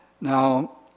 now